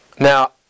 Now